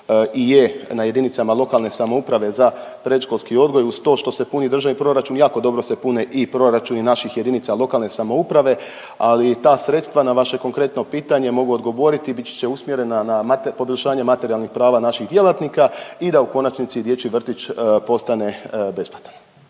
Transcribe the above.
i je na jedinicama lokalne samouprave za predškolski odgoj. Uz to što se puni Državni proračun jako dobro se pune i proračuni naših jedinica lokalne samouprave, ali i ta sredstva na vaše konkretno pitanje mogu odgovoriti biti će usmjerena na poboljšanje materijalnih prava naših djelatnika i da u konačnici dječji vrtić postane besplatan.